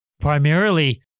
primarily